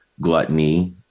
gluttony